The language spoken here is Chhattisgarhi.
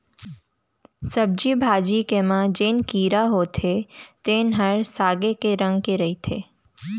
सब्जी भाजी के म जेन कीरा होथे तेन ह सागे के रंग के रहिथे